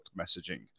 messaging